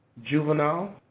juvenile,